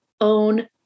own